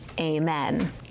Amen